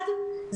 אחד,